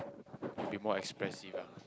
be more expressive lah